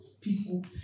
people